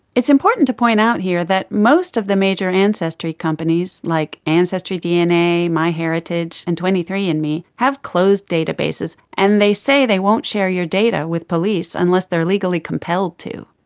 it's important to point out here that most of the major ancestry companies like ancestry dna, my heritage, and twenty three and me have closed databases, and they say they won't share your data with police unless they are legally compelled to.